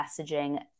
messaging